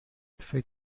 فکر